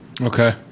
okay